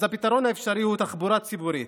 אז הפתרון האפשרי הוא תחבורה ציבורית,